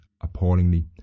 appallingly